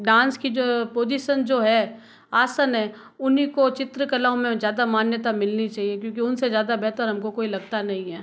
dance की जो position जो है आसन है उन्हीं को चित्र कलाओं में ज़्यादा मान्यता मिलनी चाहिए क्योंकि उनसे ज़्यादा बेहतर हमको कोई लगता नही है